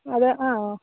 അത് ആ